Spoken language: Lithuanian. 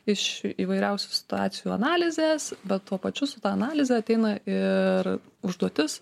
iš įvairiausių situacijų analizės bet tuo pačiu su ta analize ateina ir užduotis